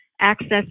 access